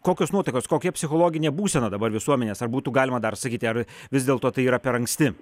kokios nuotaikos kokia psichologinė būsena dabar visuomenės ar būtų galima dar sakyti ar vis dėlto tai yra per anksti